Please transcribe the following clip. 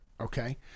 Okay